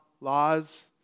laws